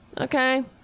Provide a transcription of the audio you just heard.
okay